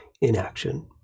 inaction